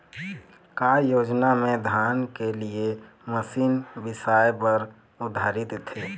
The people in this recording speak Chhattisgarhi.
का योजना मे धान के लिए मशीन बिसाए बर उधारी देथे?